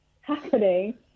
happening